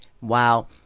wow